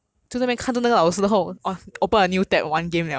!wah! I skip every single lecture eh